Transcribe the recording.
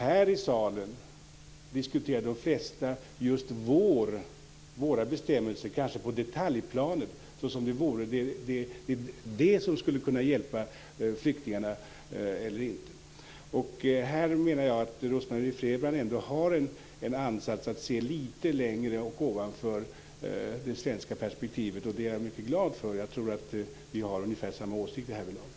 Här i salen diskuterar de flesta de svenska bestämmelserna, kanske på detaljplanet, såsom det vore de som skulle kunna hjälpa flyktingarna. Jag menar att Rose-Marie Frebran ändå har en ansats att se litet längre och ovanför det svenska perspektivet. Det är jag mycket glad för. Jag tror att vi har ungefär samma åsikter härvidlag.